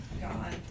God